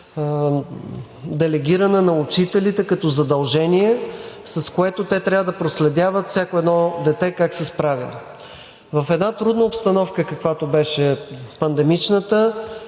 делегирана на учителите като задължение, с което те трябва да проследяват как се справя всяко едно дете. В една трудна обстановка, каквато беше пандемичната,